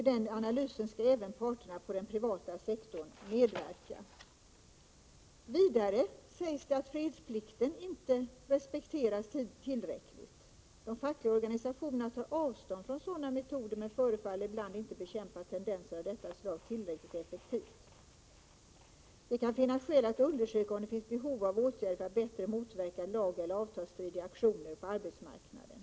I den analysen bör även parterna på den privata sektorn medverka. Vidare sägs att fredsplikten inte respekteras tillräckligt. De fackliga organisationerna tar avstånd från sådana metoder men förefaller ibland inte bekämpa tendenser av detta slag tillräckligt effektivt. Det kan finnas skäl att undersöka om det finns behov av åtgärder för att bättre motverka lageller avtalsstridiga aktioner på arbetsmarknaden.